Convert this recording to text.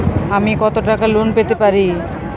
আমি কত টাকা লোন পেতে পারি?